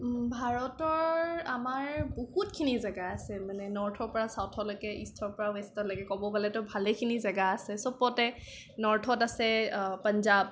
ভাৰতৰ আমাৰ বহুতখিনি জেগা আছে মানে নৰ্থৰ পৰা ছাউথলৈকে ইষ্টৰ পৰা ৱেষ্টলৈকে ক'ব গ'লেতো ভালেখিনি জেগা আছে চবতে নৰ্থত আছে পঞ্জাৱ